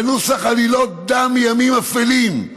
בנוסח עלילות דם מימים אפלים,